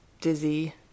dizzy